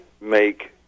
make